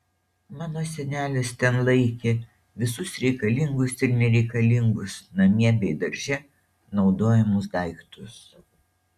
mano senelis ten laikė visus reikalingus ir nereikalingus namie bei darže naudojamus daiktus